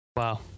Wow